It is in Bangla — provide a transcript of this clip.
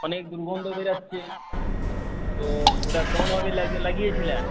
অনেক দুর্গন্ধ বেরোচ্ছে তো ওটা কেমনভাবে লাগিয়ে লাগিয়েছিলেন